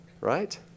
Right